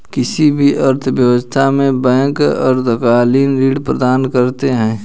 किसी भी अर्थव्यवस्था में बैंक दीर्घकालिक ऋण प्रदान करते हैं